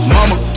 Mama